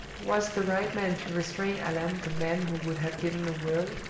was the right man to restrain allan the man who would have given the world,